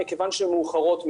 מכיוון שהן מאוחרות מדיי.